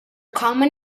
common